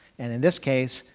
and in this case,